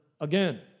again